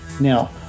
Now